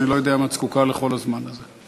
אני לא יודע אם את זקוקה לכל הזמן הזה.